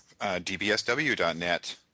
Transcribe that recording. DBSW.net